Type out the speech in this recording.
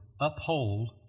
uphold